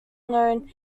known